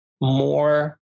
more